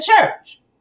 church